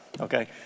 okay